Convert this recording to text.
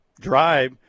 drive